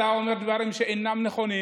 אתה אומר דברים שאינם נכונים,